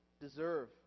deserve